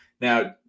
Now